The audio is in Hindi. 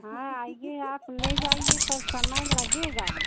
हाँ आइए आप ले जाइए पर समय लगेगा